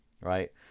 right